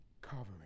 covering